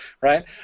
right